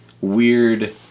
weird